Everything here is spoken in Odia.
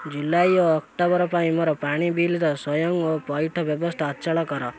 ଜୁଲାଇ ଓ ଅକ୍ଟୋବର ପାଇଁ ମୋର ପାଣି ବିଲ୍ର ସ୍ଵୟଂ ପଇଠ ବ୍ୟବସ୍ଥା ଅଚଳ କର